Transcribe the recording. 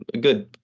good